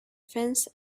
fence